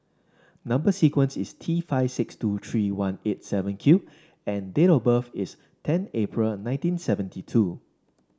number sequence is T five six two three one eight seven Q and date of birth is ten April nineteen seventy two